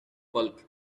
bulk